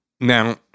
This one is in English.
Now